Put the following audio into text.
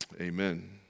Amen